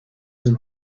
than